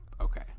Okay